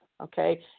Okay